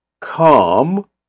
Come